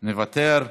מוותר,